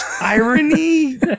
irony